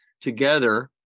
together